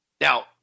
Now